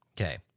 Okay